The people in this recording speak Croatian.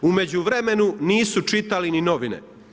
U međuvremenu nisu čitali ni novine.